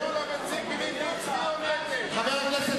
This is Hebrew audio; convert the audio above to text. חבר הכנסת